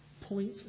point